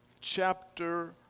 chapter